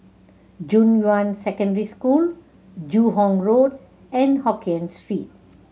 Junyuan Secondary School Joo Hong Road and Hokien Street